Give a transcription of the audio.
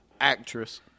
actress